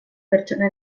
pertsona